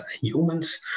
humans